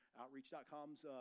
outreach.com's